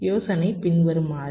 யோசனை பின்வருமாறு